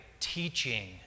teaching